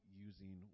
using